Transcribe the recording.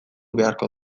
beharko